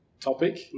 topic